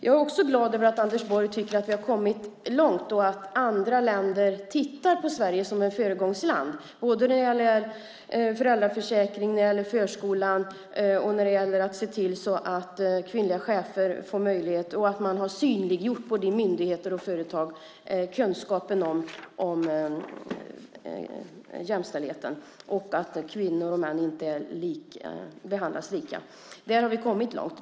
Jag är också glad över att Anders Borg tycker att vi har kommit långt och att andra länder ser Sverige som ett föregångsland, både när det gäller föräldraförsäkring, förskola, att se till att kvinnliga chefer får möjlighet och att i myndigheter och företag synliggöra kunskapen om jämställdhet och att kvinnor och män inte behandlas lika. Där har vi kommit långt.